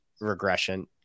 regression